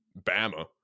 Bama